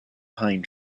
pine